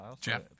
Jeff